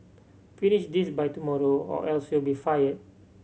finish this by tomorrow or else you'll be fired